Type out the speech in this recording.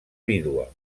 vídua